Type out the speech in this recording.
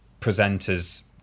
presenters